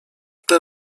ten